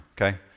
okay